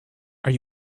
are